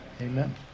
amen